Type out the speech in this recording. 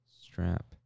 strap